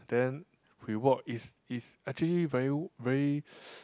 then we walk is is actually very very